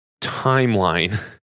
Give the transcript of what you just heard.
timeline